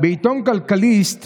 בעיתון כלכליסט